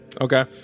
Okay